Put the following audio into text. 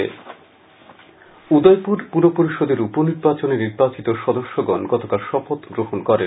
শপথ উদয়পুর পুরপরিষদের উপনির্বাচনে নির্বাচিত সদস্যগণ গতকাল শপথ গ্রহণ করেন